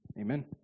Amen